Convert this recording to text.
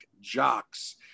jocks